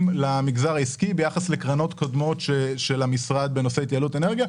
למגזר העסקי ביחס לקרנות קודמות של המשרד בנושא התייעלות אנרגיה,